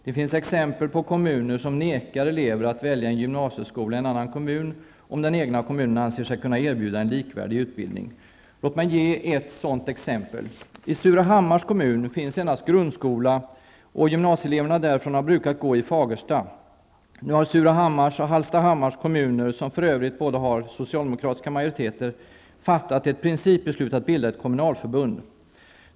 Det finns exempel på kommuner som förvägrar elever att välja en gymnasieskola i en annan kommun, om den egna kommunen anser sig kunna erbjuda en likvärdig utbildning. Låt mig ge ett sådant exempel. I Surahammars kommun finns endast grundskola, och gymnasieeleverna därifrån har brukat gå i Fagersta. Nu har Surahammars och Hallstahammars kommuner, som för övrigt båda har socialdemokratisk majoritet, fattat ett principbeslut om att bilda ett kommunalförbund.